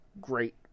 great